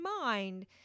mind